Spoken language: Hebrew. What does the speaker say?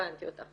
הבנתי אותך.